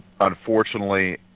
Unfortunately